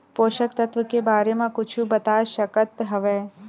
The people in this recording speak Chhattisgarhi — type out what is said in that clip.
पोषक तत्व के बारे मा कुछु बता सकत हवय?